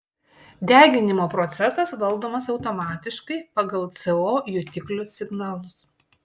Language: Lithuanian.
deginimo procesas valdomas automatiškai pagal co jutiklio signalus